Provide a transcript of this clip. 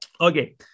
Okay